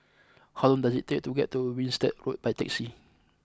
how long does it take to get to Winstedt Road by taxi